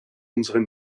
unseren